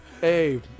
Hey